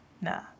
nah